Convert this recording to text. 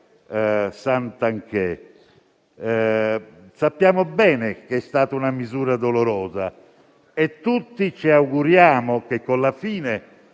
Santanchè. Sappiamo bene che è stata una misura dolorosa e tutti ci auguriamo che, con la fine